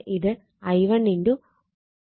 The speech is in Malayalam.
ഇത് i1 j 10 ആണ്